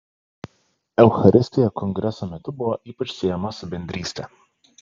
eucharistija kongreso metu buvo ypač siejama su bendryste